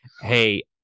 Hey